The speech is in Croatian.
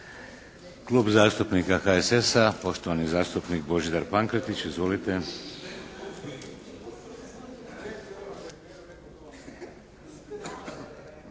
Klub zastupnika HSS-a, poštovani zastupnik Božidar Pankretić. Izvolite.